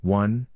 one